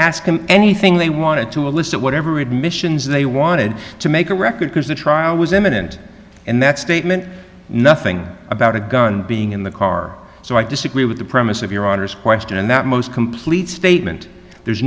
ask him anything they wanted to elicit whatever admissions they wanted to make a record because the trial was imminent and that statement nothing about a gun being in the car so i disagree with the premise of your daughter's question and that most complete statement there's